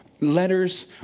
letters